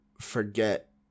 forget